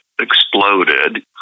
exploded